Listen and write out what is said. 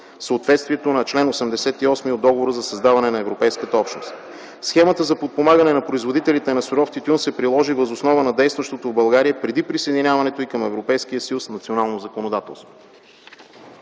съответствието на чл. 88 от Договора за създаване на Европейската общност. Схемата за подпомагане на производителите на суров тютюн се приложи въз основа на действащото в България преди присъединяването й към Европейския съюз национално законодателство.